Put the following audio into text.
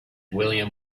william